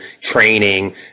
training